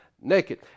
naked